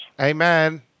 Amen